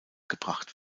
gebracht